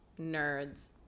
nerds